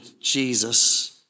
Jesus